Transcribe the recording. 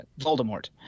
Voldemort